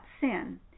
sin